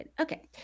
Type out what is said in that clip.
Okay